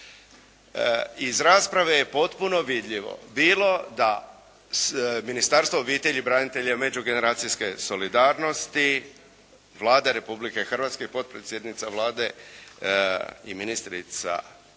Iz rasprave je potpuno vidljivo bilo da Ministarstvo obitelji, branitelja i međugeneracijske solidarnosti Vlade Republike Hrvatske i potpredsjednica Vlade i ministrica gospođa